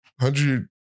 hundred